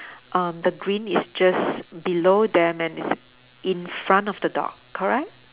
um the green is just below them and it's in front of the dog correct